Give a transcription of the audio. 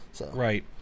Right